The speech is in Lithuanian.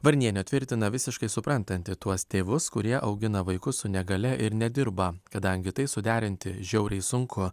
varnienė tvirtina visiškai suprantanti tuos tėvus kurie augina vaikus su negalia ir nedirba kadangi tai suderinti žiauriai sunku